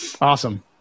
Awesome